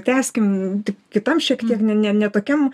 tęskim ti kitam šiek tiek ne ne tokiam